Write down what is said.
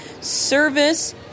service